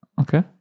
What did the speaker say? Okay